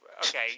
Okay